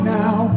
now